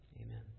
Amen